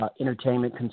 entertainment